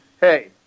hey